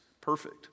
Perfect